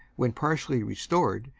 when partially restored,